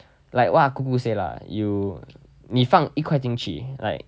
like !wah! 姑姑 say lah you 你放一块进去 like